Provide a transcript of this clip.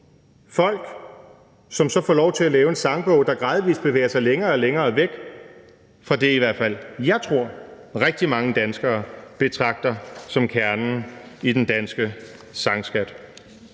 folk, som så får lov til at lave en sangbog, der gradvis bevæger sig længere og længere væk fra det, som jeg i hvert fald tror at rigtig mange danskere betragter som kernen i den danske sangskat.